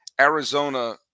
Arizona